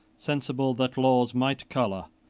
sensible that laws might color,